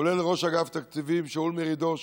כולל ראש אגף תקציבים שאול מרידור,